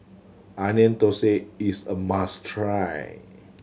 Onion Thosai is a must try